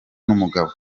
n’umugabo